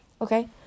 okay